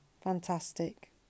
Fantastic